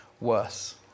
worse